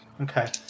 Okay